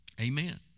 Amen